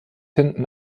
hinten